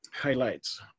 Highlights